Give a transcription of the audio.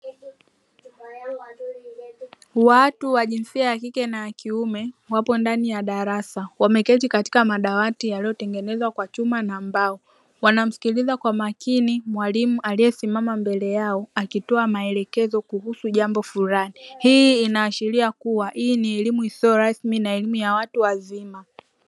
Watu wa jinsia ya kike na kiume wapo ndani ya darasa wameketi katika madawati yaliyotengenezwa kwa chuma na mbao, wanamsikiliza kwa makini mwalimu aliyesimama mbele yao akitoa maelekezo kuhusu jambo fulani, hii inaashiria kuwa ni elimu isiyo rasmi na elimu ya watu wazima.